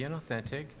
and authentic